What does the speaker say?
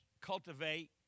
cultivate